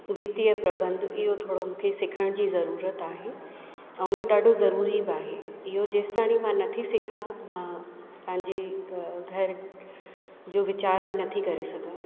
वित्तीय प्रबंध इहो मूंखे सिखण जी ज़रूरत आहे ऐं इहो ॾाढो ज़रूरी आहे इहो जेसिताईं मां नथी सिखां मां पंहिंजे घर जो वीचार बि नथी करे सघां